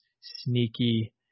sneaky